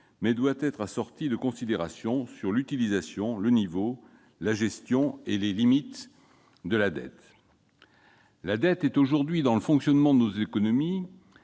elle doit être assortie de considérations sur l'utilisation, le niveau, la gestion et les limites de la dette. La dette est aujourd'hui un outil indispensable au fonctionnement de nos économies